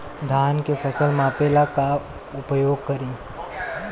धान के फ़सल मापे ला का उपयोग करी?